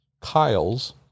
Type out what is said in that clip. Kyle's